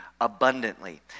abundantly